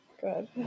Good